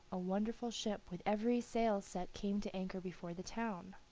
a wonderful ship with every sail set came to anchor before the town.